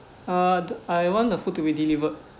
uh d~ I want the food to be delivered